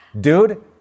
Dude